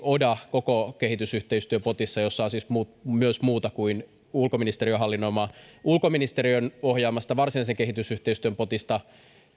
oda koko kehitysyhteistyöpotissa jossa on siis myös muuta kuin ulkoministeriön hallinnoimaa ulkoministeriön ohjaamasta varsinaisen kehitysyhteistyön potista tästä koko potista